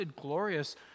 glorious